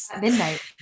Midnight